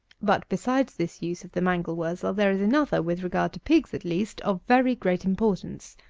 but, besides this use of the mangel wurzel, there is another, with regard to pigs at least, of very great importance.